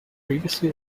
previously